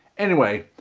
anyway,